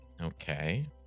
Okay